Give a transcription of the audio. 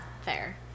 fair